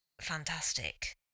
fantastic